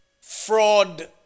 fraud